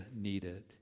needed